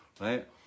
right